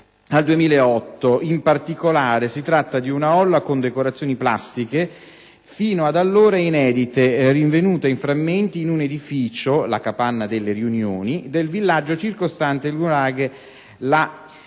al 2008. In particolare, si tratta di un'olla con decorazioni plastiche fino ad allora inedite, rinvenuta in frammenti in un edificio (la "Capanna delle riunioni") del villaggio circostante il nuraghe La